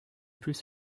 plus